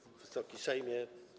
Wysoki Sejmie!